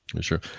Sure